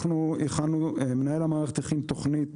מנהל המערכת הכין תכנית